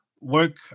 work